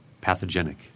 pathogenic